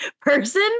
person